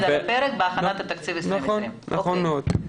על הפרק בהכנת תקציב 2020. נכון מאוד.